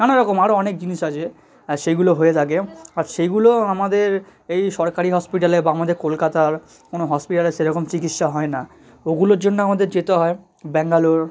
নানা রকম আরও অনেক জিনিস আছে আর সেইগুলো হয়ে থাকে আর সেইগুলো আমাদের এই সরকারি হসপিটালে বা আমাদের কলকাতার কোনো হসপিটালে সেরকম চিকিৎসা হয় না ওগুলোর জন্য আমাদের যেতে হয় ব্যাঙ্গালোর